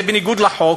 זה בניגוד לחוק,